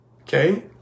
Okay